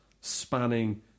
spanning